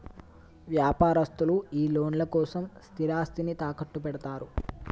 వ్యాపారస్తులు ఈ లోన్ల కోసం స్థిరాస్తిని తాకట్టుపెడ్తరు